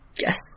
Yes